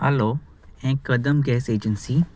hello हे Kadam gas agency